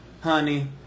Honey